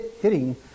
hitting